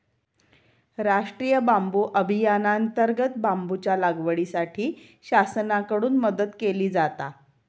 राष्टीय बांबू अभियानांतर्गत बांबूच्या लागवडीसाठी शासनाकडून मदत केली जाता